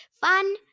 Fun